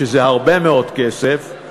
שזה הרבה מאוד כסף,